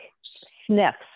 sniffs